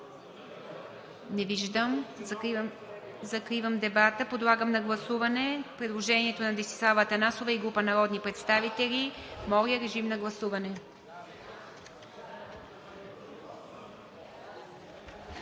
Не виждам. Закривам дебата. Подлагам на гласуване предложението на Десислава Атанасова и група народни представители. Гласували